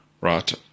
right